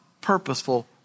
purposeful